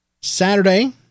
Saturday